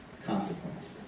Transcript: Consequence